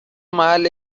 محل